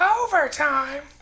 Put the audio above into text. overtime